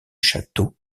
château